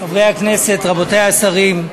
חברי הכנסת, רבותי השרים,